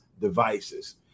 devices